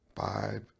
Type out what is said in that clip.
five